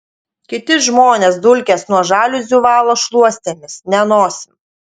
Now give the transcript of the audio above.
kiti žmonės dulkes nuo žaliuzių valo šluostėmis ne nosim